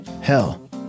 Hell